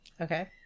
Okay